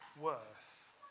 worth